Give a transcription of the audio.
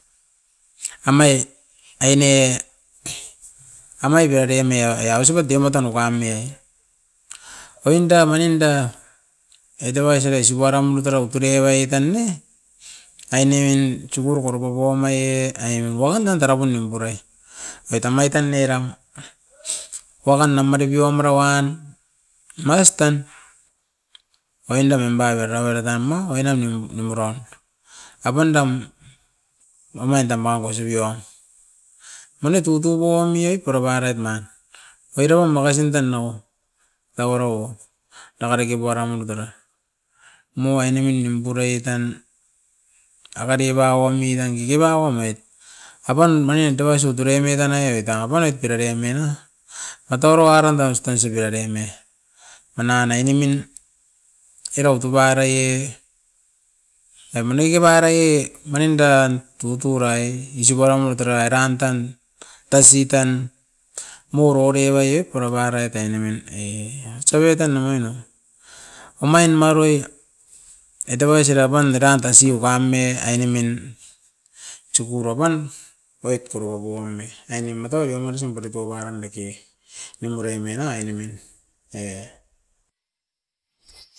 Amai aine amai berare meia eaia ausibut deo matan uka me, oinda mani inda eda bai sibae sibuaram un terau turearaie tan ne. Ainemin tsugu rokoropo pu omaie ai emin puakan anda tara pun nimpurei, oit tam omai tan eram. Wakan na marepio a mara wan, rastan oindam emba gareba taim mou, enan nimuroin. Apan dam omain tam magusibiora, mani tutubo ami'e pura parait na, oirauam makasin tan nou tauara uo dake rake puaraim uru tera. Mu ainemin nimpureit tan akaripauomi tan keke pan oimait, apan manien tebasut tureme tan na ie beta poinit purere mena atauro aronda ostan sibiere mei. Manan ainemin erau tuparaiet e maneke paraiet mani indan tuturai isop puaram uturai eran tan, tasi tan murore bai'ep pura parait ainemin e osta be tan omaino. Omain maroi edabai sira pan eran tasi o kamme ainemin tsugu roban, oit porobo boiemit ainim matau bio morosim pateto baram beke, nimure mena ainemin e.